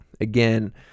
Again